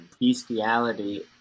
Bestiality